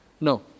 No